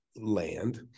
land